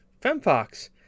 Femfox